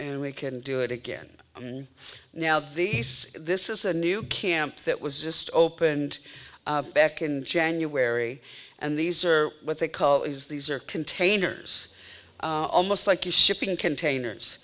and we can do it again now these this is a new camp that was just opened back in january and these are what they call is these are containers almost like you shipping containers